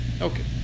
Okay